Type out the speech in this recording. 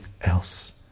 else